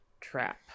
trap